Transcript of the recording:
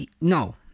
no